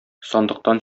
сандыктан